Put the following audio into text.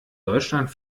deutschland